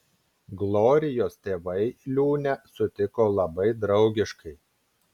glorijos tėvai liūnę sutiko labai draugiškai